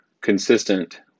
consistent